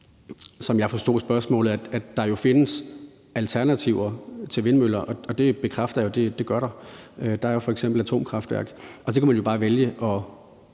som jeg forstod spørgsmålet, at der jo findes alternativer til vindmøller. Det bekræfter jeg at der gør. Der er jo f.eks. atomkraftværk, og altså, det kunne man jo bare vælge at